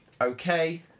okay